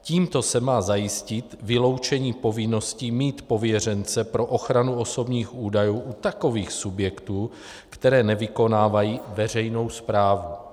Tímto se má zajistit vyloučení povinnosti mít pověřence pro ochranu osobních údajů u takových subjektů, které nevykonávají veřejnou správu.